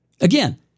Again